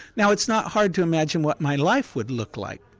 now it's not hard to imagine what my life would look like.